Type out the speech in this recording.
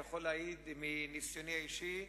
אני יכול להעיד מניסיוני האישי,